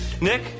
Nick